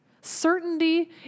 Certainty